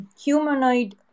humanoid